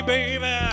Baby